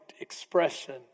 expression